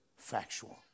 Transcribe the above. Factual